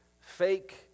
fake